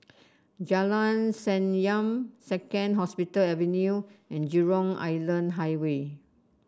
Jalan Senyum Second Hospital Avenue and Jurong Island Highway